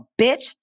bitch